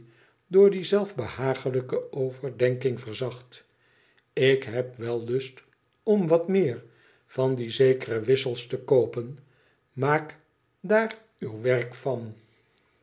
door die zelf behaaglijke overdenking verzacht ik heb wel lust om wat meer van die zekere wissels te koopen maak daar uw werk van